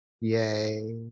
Yay